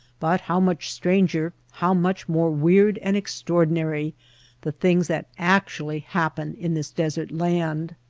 but how much stranger, how much more weird and extraordinary the things that actually happen in this desert land.